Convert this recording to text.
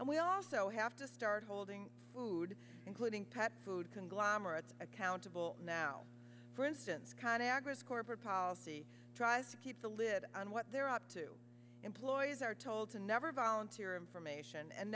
and we also have to start holding food including pet food conglomerates accountable now for instance congress corporate policy tries to keep the lid on what they're up to employees are told to never volunteer information and